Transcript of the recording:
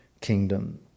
kingdom